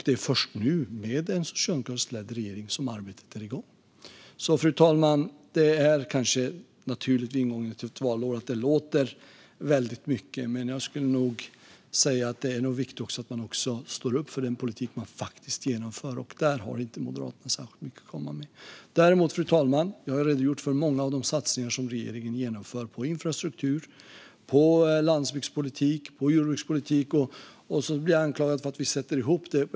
Det är först nu, med en socialdemokratiskt ledd regering, som arbetet är igång. Fru talman! Det är kanske naturligt att det vid ingången till ett valår låter väldigt mycket. Jag skulle dock säga att det är viktigt att man också står upp för sin politik och faktiskt genomför den. Där har inte Moderaterna särskilt mycket att komma med. Däremot, fru talman, har jag redogjort för många av de satsningar som regeringen genomför på infrastruktur, på landsbygdspolitik och på jordbrukspolitik. Jag blir sedan anklagad för att vi sätter ihop det.